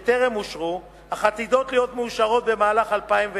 שטרם אושרו אך עתידות להיות מאושרות במהלך 2010,